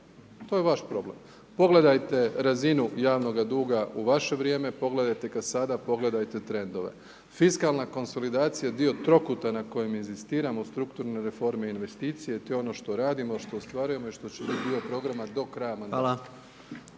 To je vaš problem. Pogledajte razinu javnoga duga u vaše vrijeme, pogledajte ga sada, pogledajte trendove. Fiskalna konsolidacija je dio trokuta na kojem inzistiramo u strukturnoj reformi investicije, to je ono što radimo, što ostvarujemo i što će biti dio programa do kraja mandata.